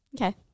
okay